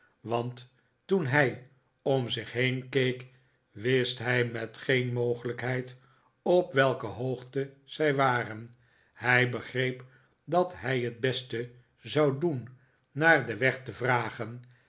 want toen hij om zich heen keek wist hij met geen mogelijkheid op welke hoogte zij waren hij begreep dat hij het beste zou doen naar den weg te vragen